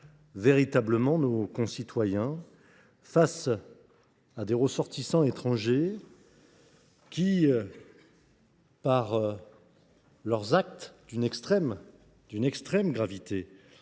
véritablement nos concitoyens face à des ressortissants étrangers qui, par leurs actes d’une extrême gravité,